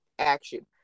action